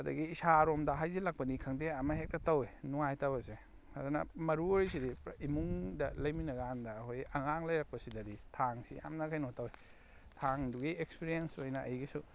ꯑꯗꯨꯗꯒꯤ ꯏꯁꯥꯔꯣꯝꯗ ꯍꯥꯏꯖꯤꯜꯂꯛꯄꯅꯤ ꯈꯪꯗꯦ ꯑꯃ ꯍꯦꯛꯇ ꯇꯧꯏ ꯅꯨꯡꯉꯥꯏꯇꯕꯁꯦ ꯑꯗꯨꯅ ꯃꯔꯨ ꯑꯣꯏꯔꯤꯁꯤꯗꯤ ꯏꯃꯨꯡꯗ ꯂꯩꯃꯤꯟꯅ ꯀꯥꯟꯗ ꯑꯩꯈꯣꯏꯒꯤ ꯑꯉꯥꯡ ꯂꯩꯔꯛꯄꯁꯤꯗꯗꯤ ꯊꯥꯡꯁꯤ ꯌꯥꯝꯅ ꯀꯩꯅꯣ ꯇꯧꯏ ꯊꯥꯡꯗꯨꯒꯤ ꯑꯦꯛꯁꯄꯤꯔꯦꯟꯁ ꯑꯣꯏꯅ ꯑꯩꯒꯤꯁꯨ